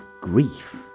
grief